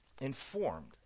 informed